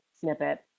snippet